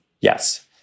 yes